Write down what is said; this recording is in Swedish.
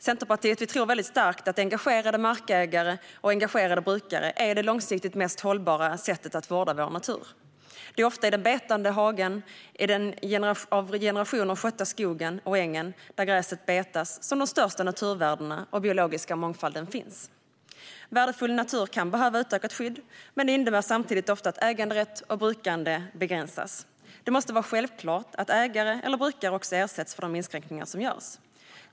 Centerpartiet tror väldigt starkt att engagerade markägare och engagerade brukare är det långsiktigt mest hållbara när det gäller att vårda vår natur. Det är ofta i den betade hagen, i den av generationer skötta skogen och på ängen där gräset betas som de största naturvärdena och den biologiska mångfalden finns. Värdefull natur kan behöva utökat skydd, men det innebär samtidigt ofta att äganderätt och brukande begränsas. Det måste vara självklart att ägare eller brukare också ersätts för de inskränkningar som görs.